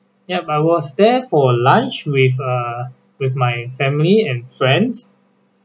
yup I was there for lunch with uh with my family and friends